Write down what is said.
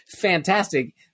fantastic